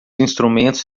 instrumentos